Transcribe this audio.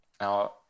Now